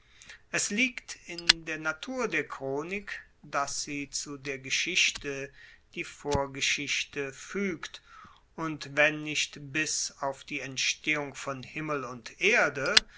es liegt in der natur der chronik dass sie zu der geschichte die vorgeschichte fuegt und wenn nicht bis auf die entstehung von himmel und erde